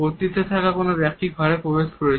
কর্তৃত্বে থাকা কোন ব্যক্তি ঘরে প্রবেশ করেছেন